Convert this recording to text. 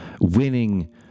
winning